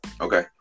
Okay